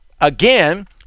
again